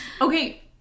Okay